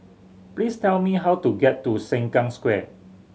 please tell me how to get to Sengkang Square